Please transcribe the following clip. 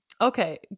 Okay